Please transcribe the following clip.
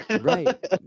right